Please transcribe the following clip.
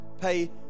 pay